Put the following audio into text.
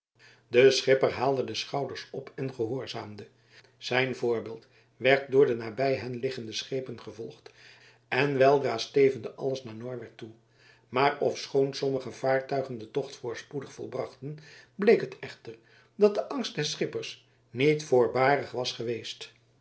de schipper haalde de schouders op en gehoorzaamde zijn voorbeeld werd door de nabij hen liggende schepen gevolgd en weldra stevende alles naar norwert toe maar ofschoon sommige vaartuigen den tocht voorspoedig volbrachten bleek het echter dat de angst des schippers niet voorbarig was geweest